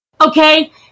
Okay